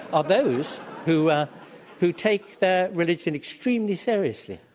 are those who ah who take their religion extremely seriously,